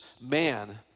man